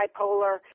bipolar